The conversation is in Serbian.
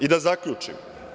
I da zaključim.